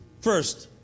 first